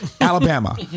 Alabama